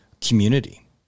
community